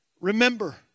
Remember